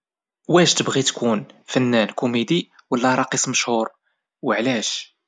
واش تبغي تكون فنان كوميدي ولى راقص مشهور او علاش؟